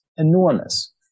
enormous